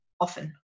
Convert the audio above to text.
often